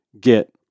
get